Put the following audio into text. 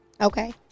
Okay